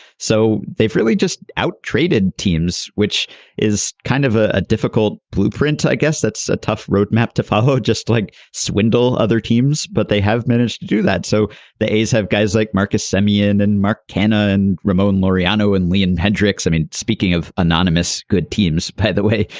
so they've really just out traded teams which is kind of ah a difficult blueprint. i guess that's a tough roadmap to follow just like swindle other teams but they have managed to do that so the a's have guys like marcus simeon and mark cannon. ramone mariano and leon hendricks i mean speaking of anonymous good teams pay their way.